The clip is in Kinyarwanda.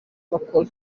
bakora